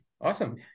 Awesome